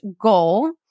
goal